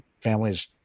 families